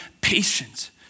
patience